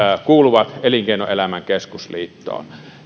kuuluvat elinkeinoelämän keskusliittoon